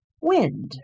wind